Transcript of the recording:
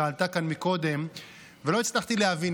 שעלתה כאן קודם ולא הצלחתי להבין.